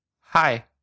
Hi